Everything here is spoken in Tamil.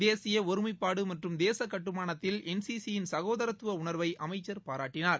தேசிய ஒருமைப்பாடு மற்றும் தேச கட்டுமானத்தில் என் சி சி யின் சகோதரத்துவ உணர்வை அமைச்சர் பாராட்டினார்